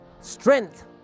strength